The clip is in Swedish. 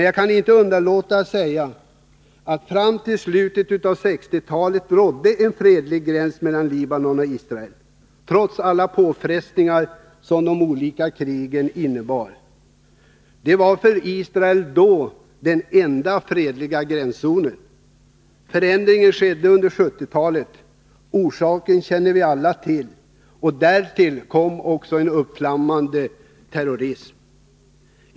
Jag kan inte underlåta att säga att fram till slutet av 1960-talet rådde fred vid gränsen mellan Libanon och Israel, trots alla påfrestningar som de olika krigen innebar. Det var för Israel då den enda fredliga gränszonen. Den förändring som skedde under 1970-talet känner vi alla till. Därtill kom också en uppflammande terrorism.